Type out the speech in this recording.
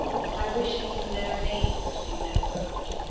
i wish it in their veins to do them good.